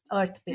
Earth